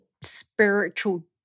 spiritual